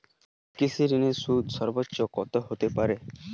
কৃষিঋণের সুদ সর্বোচ্চ কত হতে পারে?